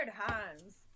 Hans